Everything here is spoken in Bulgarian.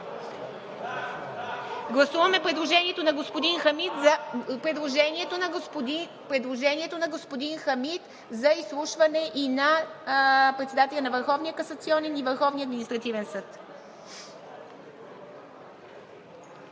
гласуваме предложението на господин Хамид за изслушване и на председателя на Върховния касационен съд и на Върховния административен съд.